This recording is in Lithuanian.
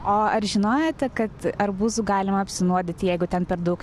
o ar žinojote kad arbūzu galima apsinuodyti jeigu ten per daug